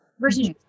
versus